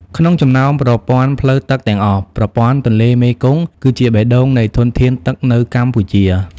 ក្នុងចំណោមប្រព័ន្ធផ្លូវទឹកទាំងអស់ ប្រព័ន្ធទន្លេមេគង្គគឺជាបេះដូងនៃធនធានទឹកនៅកម្ពុជា។